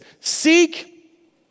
seek